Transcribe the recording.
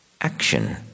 action